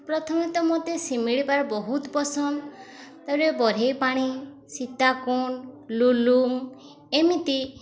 ପ୍ରଥମେ ତ ମୋତେ ଶିମିଳିପାଳ ବହୁତ ପସନ୍ଦ ତା'ପରେ ବରେହି ପାଣି ସୀତା କୁଣ୍ଡ ଲୁଲୁଙ୍ଗ୍ ଏମିତି